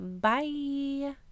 Bye